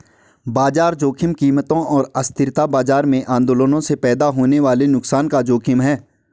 बाजार जोखिम कीमतों और अस्थिरता बाजार में आंदोलनों से पैदा होने वाले नुकसान का जोखिम है